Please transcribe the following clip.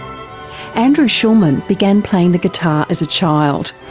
andrew schulman began playing the guitar as a child,